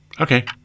Okay